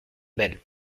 belle